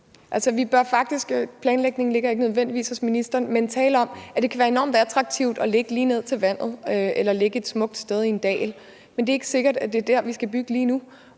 Planlægningen ligger ikke nødvendigvis hos ministeren, men vi bør faktisk tale om, at det kan være enormt attraktivt at ligge lige ned til vandet eller ligge et smukt sted i en dal, men det er ikke sikkert, at det er der, vi skal bygge lige nu,